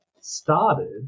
started